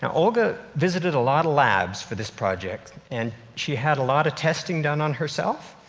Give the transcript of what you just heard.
and olga visited a lot of labs for this project and she had a lot of testing done on herself.